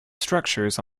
structures